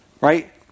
right